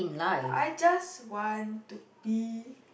I just want to be